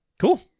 cool